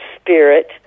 spirit